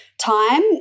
time